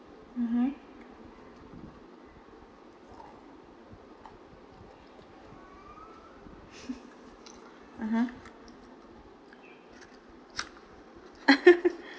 mmhmm mmhmm